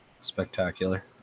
Spectacular